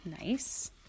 Nice